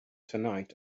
tonight